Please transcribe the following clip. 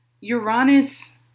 Uranus